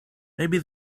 maybe